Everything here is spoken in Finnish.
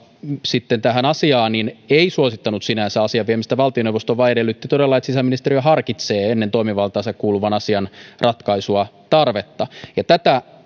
tähän asiaan niin se ei sinänsä suosittanut asian viemistä valtioneuvostoon vaan edellytti todella että sisäministeriö harkitsee ennen toimivaltaansa kuuluvan asian ratkaisua tarvetta siihen tätä